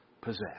possess